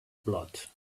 blood